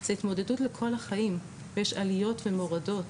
זה התמודדות לכל החיים ויש עליות ומורדות,